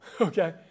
Okay